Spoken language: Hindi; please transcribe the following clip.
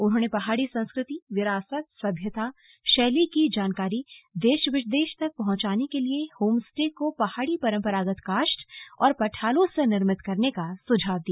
उन्होंने पहाड़ी संस्कृति विरासत सभ्यता शैली की जानकारी देश विदेश तक पहुंचाने के लिए होम स्टे को पहाड़ी परम्परागत काष्ठ और पठालों से निर्मित करने का सुझाव दिया